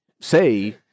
say